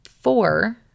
four